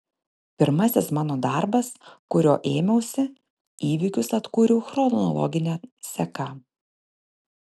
pirmasis mano darbas kurio ėmiausi įvykius atkūriau chronologine seka